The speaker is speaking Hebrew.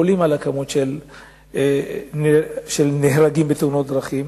עולה על מספר הנהרגים בתאונות הדרכים.